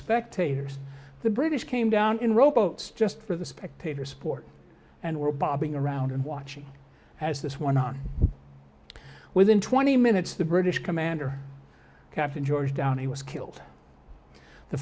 spectators the british came down in rowboats just for the spectator sport and were bobbing around and watching as this one within twenty minutes the british commander captain george downie was killed the